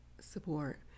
support